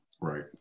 right